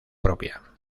propia